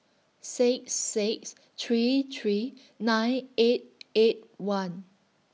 six six three three nine eight eight one